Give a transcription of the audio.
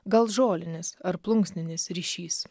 gal žolinis ar plunksninis ryšys